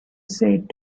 said